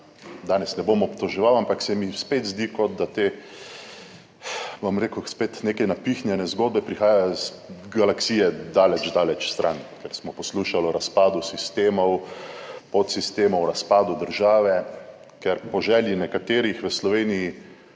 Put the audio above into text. Danes ne bom obtoževal, ampak se mi spet zdi, kot da te, bom rekel, spet neke napihnjene zgodbe prihajajo iz galaksije daleč stran, ker smo poslušali o razpadu sistemov, podsistemov, o razpadu države, ker po želji nekaterih v Sloveniji